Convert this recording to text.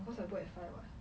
because I book at five [what]